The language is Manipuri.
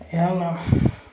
ꯑꯩꯍꯥꯛꯅ